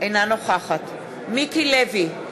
אינה נוכחת מיקי לוי,